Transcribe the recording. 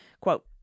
Quote